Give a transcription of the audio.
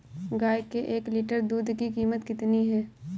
गाय के एक लीटर दूध की कीमत कितनी है?